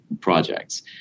projects